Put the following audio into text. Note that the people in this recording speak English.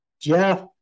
Jeff